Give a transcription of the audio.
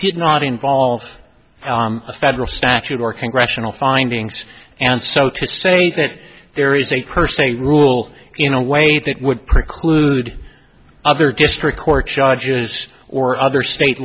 did not involve a federal statute or congressional findings and so to say that there is a per se rule in a way that would preclude other district court judges or other state